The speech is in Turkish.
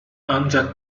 ancak